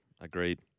Agreed